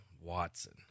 Watson